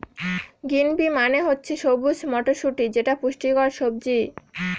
green pea মানে হচ্ছে সবুজ মটরশুটি যেটা পুষ্টিকর সবজি